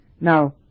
Now